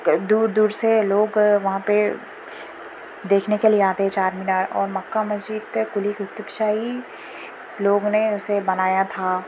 دور دور سے لوگ وہاں پہ دیکھنے کے لیے آتے ہیں چار مینار اور مکہ مسجد قلی قطب شاہی لوگوں نے اسے بنایا تھا